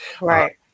Right